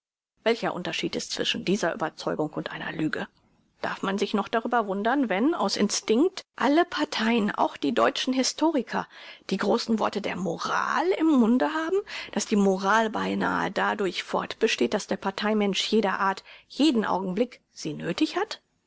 welcher unterschied ist zwischen dieser überzeugung und einer lüge darf man sich noch darüber wundern wenn aus instinkt alle parteien auch die deutschen historiker die großen worte der moral im munde haben daß die moral beinahe dadurch fortbesteht daß der parteimensch jeder art jeden augenblick sie nöthig hat